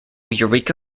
eureka